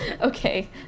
Okay